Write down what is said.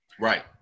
Right